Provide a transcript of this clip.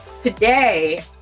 Today